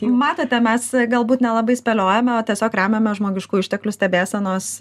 matote mes galbūt nelabai spėliojame o tiesiog remiamės žmogiškųjų išteklių stebėsenos